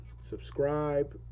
subscribe